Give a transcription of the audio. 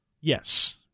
Yes